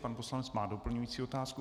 Pan poslanec má doplňující otázku.